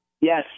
yes